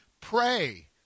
pray